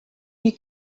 you